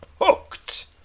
Hooked